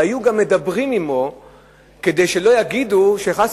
והיו גם מדברים עמו כדי שלא יגידו שחס